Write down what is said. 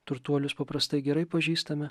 turtuolius paprastai gerai pažįstame